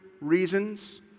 reasons